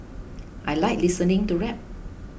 I like listening to rap